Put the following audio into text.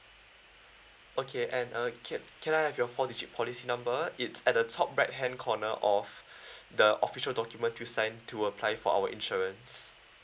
okay and uh can can I have your four digit policy number it's at the top right hand corner of the official document you signed to apply for our insurance